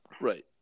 Right